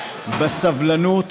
בסבלנות.